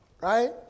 Right